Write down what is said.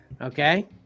Okay